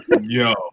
yo